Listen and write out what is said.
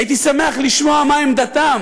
הייתי שמח לשמוע מה עמדתם